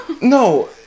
No